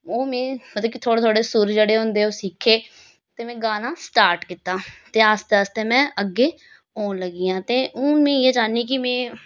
ओह् में मतलब कि थोह्ड़े थोह्ड़े सुर जेह्ड़े होंदे ओह् सिक्खे ते में गाना स्टार्ट कीता ते आस्ता आस्ता में अग्गें औन लगी आं ते हून में इ'यै चाहन्नी कि में